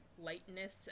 lightness